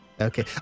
Okay